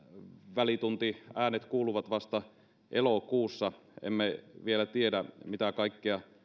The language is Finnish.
välituntiäänet kuuluvat vasta elokuussa emme vielä tiedä mitä kaikkea